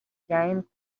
game